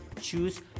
Choose